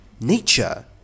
nature